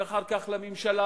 ואחר כך לממשלה,